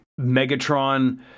Megatron